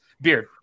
beard